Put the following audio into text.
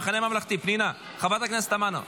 המחנה הממלכתי, חברת הכנסת תמנו?